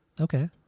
Okay